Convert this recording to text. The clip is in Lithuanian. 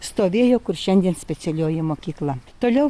stovėjo kur šiandien specialioji mokykla toliau